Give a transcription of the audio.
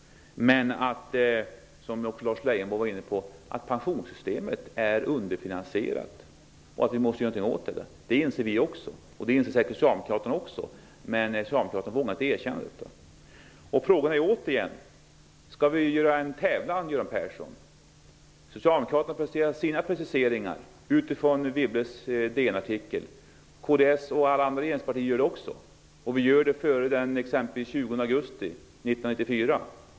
Men vi inser också, som Lars Leijonborg var inne på, att pensionssystemet är underfinansierat och att vi måste göra någonting åt det. Det inser säkert Socialdemokraterna också, men de vågar inte erkänna detta. Frågan är återigen: Skall vi anordna en tävling, Göran Persson? Socialdemokraterna får presentera sina preciseringar utifrån Wibbles DN-artikel, och kds och de andra regeringspartierna får också göra det, exempelvis före den 20 augusti 1994.